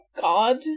god